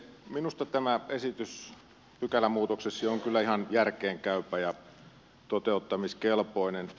minusta tämä esitys pykälämuutokseksi on kyllä ihan järkeenkäypä ja toteuttamiskelpoinen